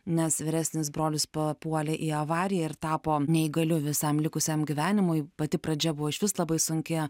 nes vyresnis brolis papuolė į avariją ir tapo neįgaliu visam likusiam gyvenimui pati pradžia buvo išvis labai sunki